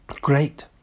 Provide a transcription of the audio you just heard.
Great